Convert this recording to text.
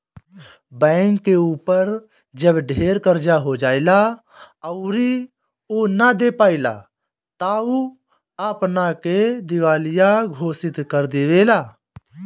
bank के ऊपर जब ढेर कर्जा हो जाएला अउरी उ ना दे पाएला त उ अपना के दिवालिया घोषित कर देवेला